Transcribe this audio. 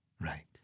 Right